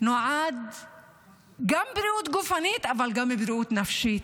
נועד לבריאות גופנית, אבל גם לבריאות נפשית.